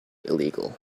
illegal